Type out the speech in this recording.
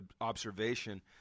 observation